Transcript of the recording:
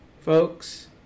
folks